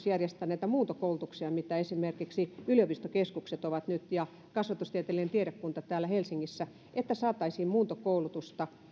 järjestää muuntokoulutuksia joita esimerkiksi yliopistokeskukset ja kasvatustieteellinen tiedekunta täällä helsingissä ovat nyt järjestäneet että saataisiin muuntokoulutusta